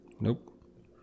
Nope